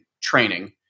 training